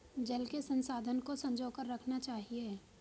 जल के संसाधन को संजो कर रखना चाहिए